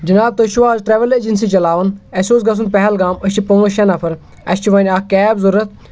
جِناب تُہۍ چھُو حظ ٹرٛیوٕل ایٚجنسی چَلاوان اَسہِ اوس گژھُن پہلگام أسۍ چھِ پانٛژھ شےٚ نَفَر اَسہِ چھِ وۄنۍ اَکھ کیب ضوٚرَتھ